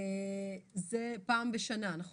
זה פעם בשנה, נכון?